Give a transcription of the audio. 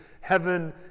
heaven